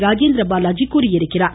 ராஜேந்திர பாலாஜி தெரிவித்துள்ளார்